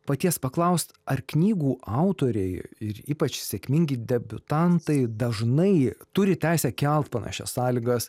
paties paklaust ar knygų autoriai ir ypač sėkmingi debiutantai dažnai turi teisę kelti panašias sąlygas